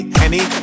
henny